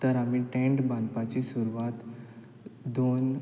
तर आमी टॅन्ट बांदपाची सुरवात दोन